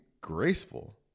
graceful